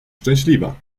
szczęśliwa